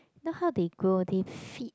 not how they grow they feed